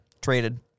Traded